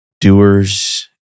doers